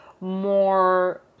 more